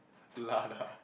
Lada